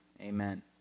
Amen